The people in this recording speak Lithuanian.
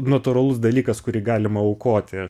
natūralus dalykas kurį galima aukoti